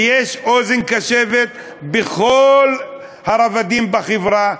ויש אוזן קשבת בכל הרבדים בחברה,